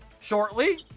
shortly